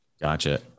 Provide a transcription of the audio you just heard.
Gotcha